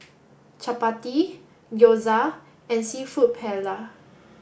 Chapati Gyoza and Seafood Paella